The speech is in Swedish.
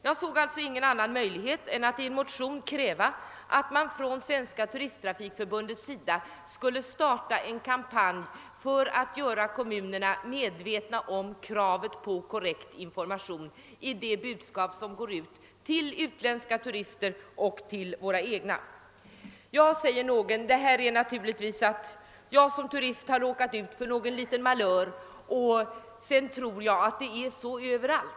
Jag har därför inte sett någon annan möjlighet än att i en motion kräva att Svenska turisttrafikförbundet skulle starta en kampanj för att göra kommunerna medvetna om kravet på korrekt information i de budskap som går ut till utländska turister och till våra egna. Det här, invänder någon, beror naturligtvis på att jag som turist har råkat ut för någon liten malör och sedan tror att det är så överallt.